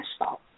asphalt